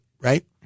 right